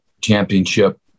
championship